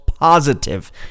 Positive